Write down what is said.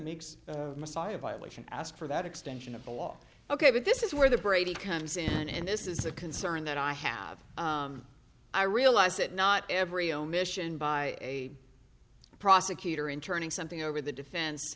makes messiah violation ask for that extension of the law ok but this is where the brady comes in and this is a concern that i have i realize that not every omission by a prosecutor in turning something over the defense